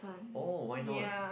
oh why not